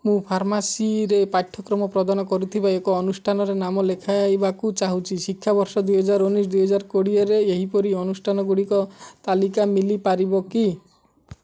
ମୁଁ ଫାର୍ମାସିରେ ପାଠ୍ୟକ୍ରମ ପ୍ରଦାନ କରୁଥିବା ଏକ ଅନୁଷ୍ଠାନରେ ନାମ ଲେଖାଇବାକୁ ଚାହୁଁଛି ଶିକ୍ଷାବର୍ଷ ଦୁଇ ହଜାର ଉନେଇଶି ଦୁଇ ହଜାର କୋଡ଼ିଏରେ ଏହିପରି ଅନୁଷ୍ଠାନଗୁଡ଼ିକ ତାଲିକା ମିଲି ପାରିବ କି